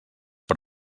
per